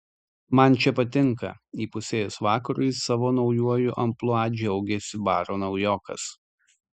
man čia patinka įpusėjus vakarui savo naujuoju amplua džiaugėsi baro naujokas